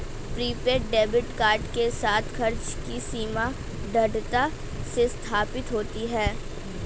prepaid debit card के साथ, खर्च की सीमा दृढ़ता से स्थापित होती है